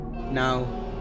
now